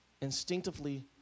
instinctively